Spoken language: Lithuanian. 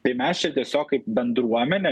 tai mes čia tiesiog kaip bendruomenė